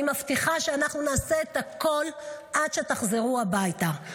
מבטיחה שאנחנו נעשה את הכול עד שתחזרו הביתה.